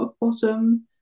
bottom